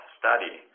study